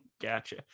gotcha